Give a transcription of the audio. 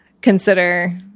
consider